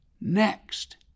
next